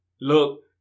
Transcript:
Look